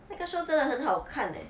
那个 show 真的很好看 eh